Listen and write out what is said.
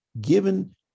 given